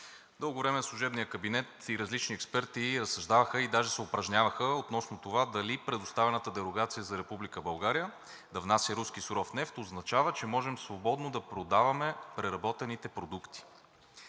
Дълго време служебният кабинет и различни експерти разсъждаваха и даже се упражняваха относно това дали предоставената дерогация за Република България да внася руски суров нефт означава, че можем свободно да продаваме преработените продукти